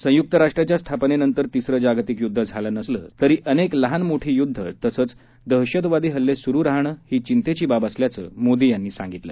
संयुक्त राष्ट्राच्या स्थापनेनंतर तिसर जागतिक युद्ध झालं नसलं तरी अनेक लहान मोठी युद्ध तसंच दहशतवादी हल्ले सुरु राहणं ही चिंतेची बाब असल्याचं मोदी यांनी सांगितलं